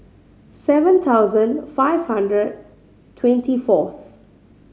seven thousand five hundred twenty fourth